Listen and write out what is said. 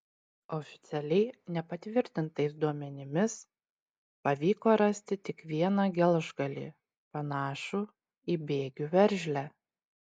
oficialiai nepatvirtintais duomenimis pavyko rasti tik vieną gelžgalį panašų į bėgių veržlę